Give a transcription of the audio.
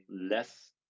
less